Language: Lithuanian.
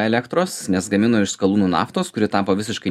elektros nes gamino iš skalūnų naftos kuri tapo visiškai